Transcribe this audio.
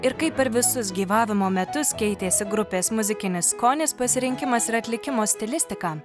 ir kaip per visus gyvavimo metus keitėsi grupės muzikinis skonis pasirinkimas ir atlikimo stilistika